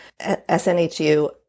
SNHU